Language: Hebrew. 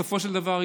בסופו של דבר,